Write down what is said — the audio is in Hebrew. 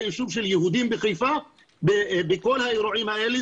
אישום של יהודים בחיפה בכל האירועים האלה.